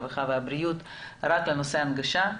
הרווחה והבריאות לכל הנושא של ההנגשה.